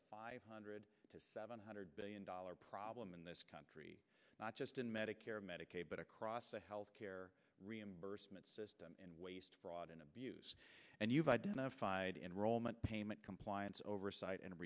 a five hundred seven hundred billion dollars problem in this country not just in medicare and medicaid but across the health care reimbursement system and waste fraud and abuse and you've identified enrollment payment compliance oversight and